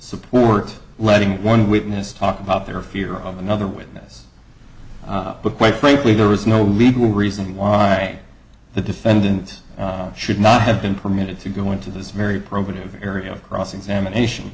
support letting one witness talk about their fear of another witness but quite frankly there was no legal reason why the defendant should not have been permitted to go into this very probative area of cross examination